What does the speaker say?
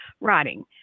writing